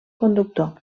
conductor